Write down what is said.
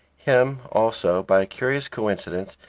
him, also, by a curious coincidence,